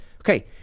Okay